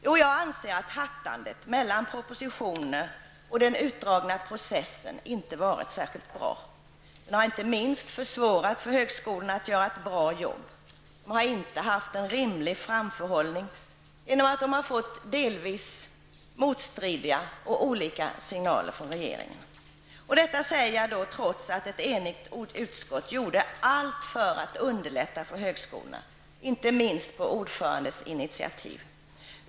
Jo, jag anser att hattandet mellan propositioner och den utdragna processen inte varit särskilt bra. Det har inte minst försvårat för högskolorna att göra ett bra jobb. De har inte haft en rimlig framförhållning, eftersom de har fått olika och delvis motstridiga signaler från regeringen. Detta säger jag trots att ett enigt utskott gjorde allt för att underlätta för högskolorna, inte minst på ordförandens initiativ.